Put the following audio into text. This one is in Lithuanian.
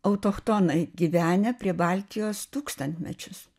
autochtonai gyvenę prie baltijos tūkstantmečius